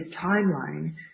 timeline